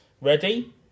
ready